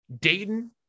Dayton